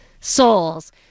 souls